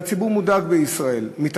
והציבור בישראל מודאג.